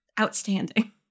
outstanding